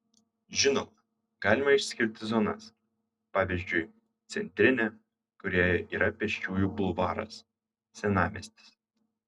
žinoma galima išskirti zonas pavyzdžiui centrinė kurioje yra pėsčiųjų bulvaras senamiestis